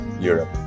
europe